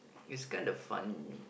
is kind of fun